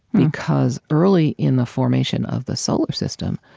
because early in the formation of the solar system,